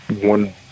One